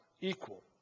equal